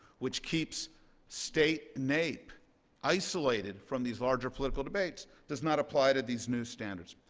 which keeps state naep isolated from these larger political debates does not apply to these new standards.